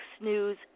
News